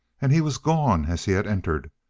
and he was gone as he had entered,